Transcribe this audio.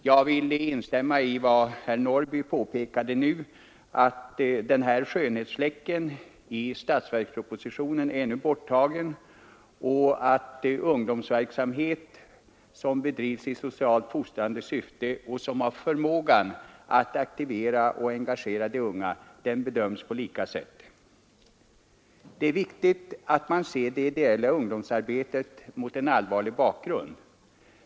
Jag vill instämma i vad herr Norrby nu påpekade, nämligen att den skönhetsfläcken nu är borttagen i statsverkspropositionen, och att ungdomsverksamhet som bedrivs i socialt fostrande syfte och som har förmågan att aktivera och engagera de unga bedöms på lika sätt. Det är viktigt att man ser det ideella ungdomsarbetet mot en allvarlig bakgrund.